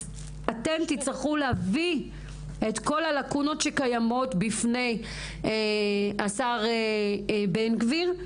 אתם תצטרכו להביא את כל הלקונות שקיימות בפני השר בן גביר.